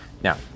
Now